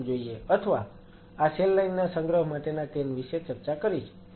અથવા આ cell line ના સંગ્રહ માટેના કેન વિશે ચર્ચા કરી છે